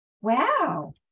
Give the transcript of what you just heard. wow